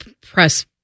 press